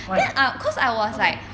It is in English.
why okay